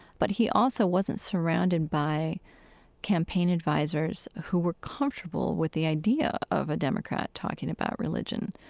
but he also wasn't surrounded by campaign advisers who were comfortable with the idea of a democrat talking about religion,